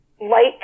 light